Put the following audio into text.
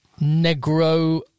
Negro